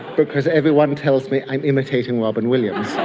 because everyone tells me i'm imitating robin williams,